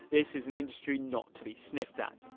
this is an industry not to be sniffed at.